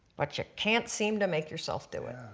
but you can't seem to make yourself do it.